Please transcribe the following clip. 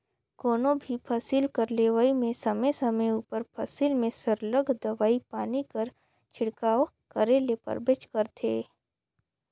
कोनो भी फसिल कर लेवई में समे समे उपर फसिल में सरलग दवई पानी कर छिड़काव करे ले परबेच करथे